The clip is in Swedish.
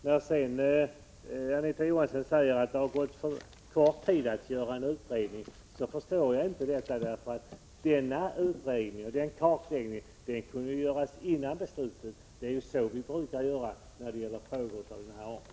När Anita Johansson säger att alltför kort tid har förflutit efter beslutet för att man skall göra en utredning, så förstår jag inte den invändningen. Denna utredning och kartläggning borde ha gjorts innan beslutet fattades. Det är ju så vi brukar göra när det gäller frågor av denna art.